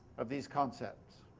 of these concepts.